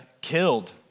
killed